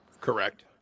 Correct